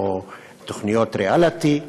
או תוכניות ריאליטי.